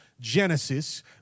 Genesis